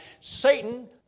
Satan